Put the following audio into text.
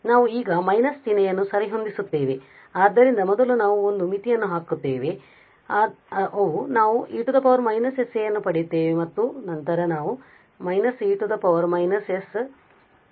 ಆದ್ದರಿಂದ ಮೊದಲು ನಾವು ಒಂದು ಮಿತಿಯನ್ನು ಹಾಕುತ್ತೇವೆ ಆದ್ದರಿಂದ ನಾವು e −sa ಅನ್ನು ಪಡೆಯುತ್ತೇವೆ ಮತ್ತು ನಂತರ ನಾವು −e −saε ಹೊಂದುತ್ತೇವೆ